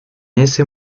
ese